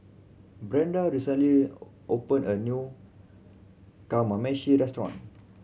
Brenda recently opened a new Kamameshi Restaurant